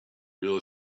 real